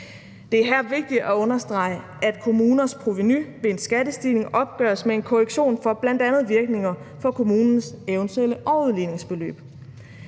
Det er her vigtigt at understrege, at kommunernes provenu ved en skattestigning opgøres med en korrektion for bl.a. virkninger for kommunens eventuelle overudligningsbeløb.